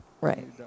Right